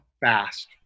fast